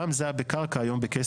פעם זה היה בקרקע, היום בכסף.